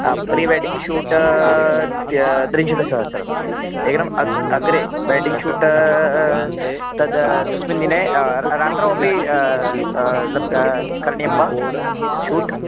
हा prewedding shoot त्रिंशत्सहस्रम् एकम् अग्रे अग्रे वेदिङ्ग् शूट तद् तस्मिन् दिने रात्रौ अपि लब्धः करणीयं वा शूट्